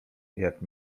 jak